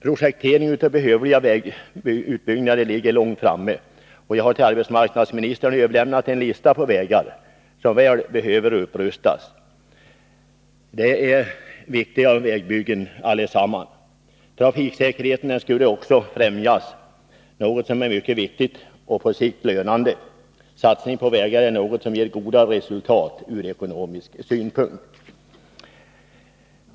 Projekteringen av behövliga vägutbyggnader ligger långt framme, och jag har till arbetsmarknadsministern överlämnat en lista på vägar som verkligen behöver rustas upp. Det är viktiga vägbyggen allesammans. Trafiksäkerheten skulle också främjas, något som är mycket angeläget och på sikt lönande. En satsning på vägar är något som ger gott resultat ur ekonomisk synpunkt.